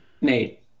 Nate